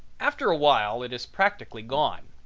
after a while it is practically gone.